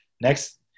Next